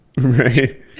Right